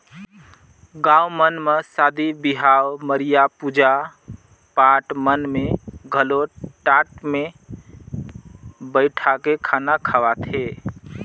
गाँव मन म सादी बिहाव, मरिया, पूजा पाठ मन में घलो टाट मे बइठाके खाना खवाथे